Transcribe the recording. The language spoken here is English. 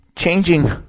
Changing